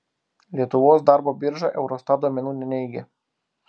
lietuvos darbo birža eurostat duomenų neneigia